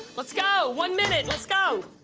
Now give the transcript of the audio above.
let's go! one minute! let's go!